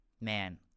man